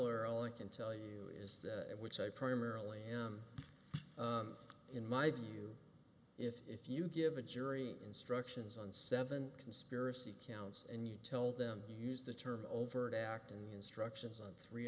or all i can tell you is that which i primarily am in my view if you give a jury instructions on seven conspiracy counts and you tell them you used the term overt act in the instructions on three